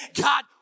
God